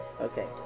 okay